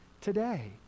today